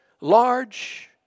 large